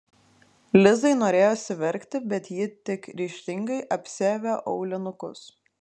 lizai norėjosi verkti bet ji tik ryžtingai apsiavė aulinukus